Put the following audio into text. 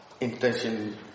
intention